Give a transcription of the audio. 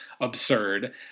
absurd